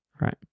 right